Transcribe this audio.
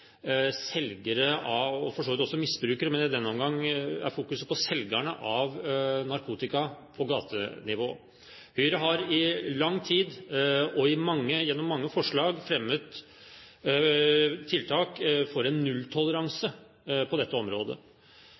selgere, og for så vidt også misbrukere, men i denne omgang er fokuset på selgerne av narkotika på gatenivå. Høyre har i lang tid og gjennom mange forslag fremmet tiltak for en nulltoleranse på dette området.